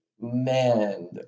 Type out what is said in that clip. man